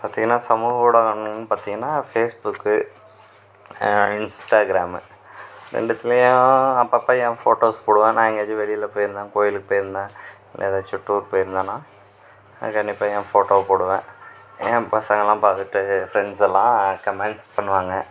இப்போ பார்த்தீங்கனா சமூக ஊடகம்ன்னு பார்த்தீங்கனா ஃபேஸ்புக்கு இன்ஸ்டாகிராமு ரெண்டுத்துலையும் அப்பப்போ என் போட்டோஸ் போடுவேன் நான் எங்கேயாச்சும் வெளியில் போயிருந்தேன் கோயிலுக்கு பேயிருந்தேன் இல்லை ஏதாச்சும் டூர் போயிருந்தனா நான் கண்டிப்பாக என் போட்டோவை போடுவேன் என் பசங்களாக பார்த்துட்டு என் ஃபிரெண்ட்ஸெல்லாம் கமெண்ட்ஸ் பண்ணுவாங்க